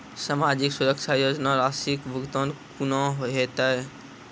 समाजिक सुरक्षा योजना राशिक भुगतान कूना हेतै?